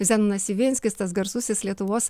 zenonas ivinskis tas garsusis lietuvos